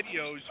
videos